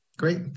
Great